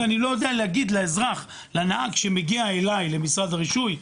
אני לא יודע להגיד לנהג שמגיע אליי למשרד הרישוי,